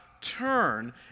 turn